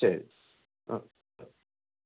ശരി അ